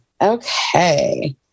Okay